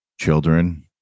children